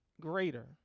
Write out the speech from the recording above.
greater